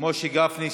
משה גפני.